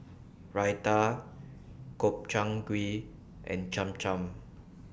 Raita Gobchang Gui and Cham Cham